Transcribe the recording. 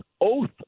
oath